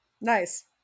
Nice